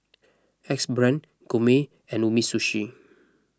Axe Brand Gourmet and Umisushi